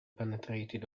penetrated